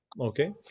okay